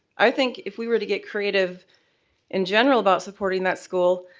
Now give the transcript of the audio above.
i think, if we were to get creative in general about supporting that school,